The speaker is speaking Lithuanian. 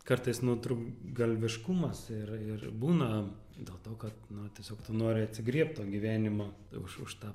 kartais nutrūktgalviškumas ir ir būna dėl to kad na tiesiog tu nori atsigriebt to gyvenimo už už tą